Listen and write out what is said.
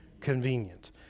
convenient